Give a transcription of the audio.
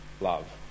love